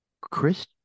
Chris